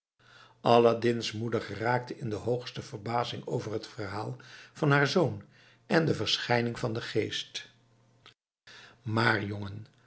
aladdin's moeder geraakte in de hoogste verbazing over het verhaal van haar zoon en de verschijning van den geest maar jongen